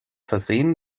versehen